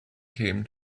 came